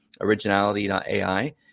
originality.ai